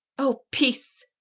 o, peace!